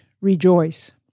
rejoice